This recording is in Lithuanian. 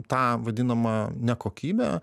tą vadinamą nekokybę